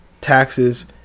taxes